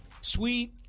sweet